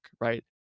right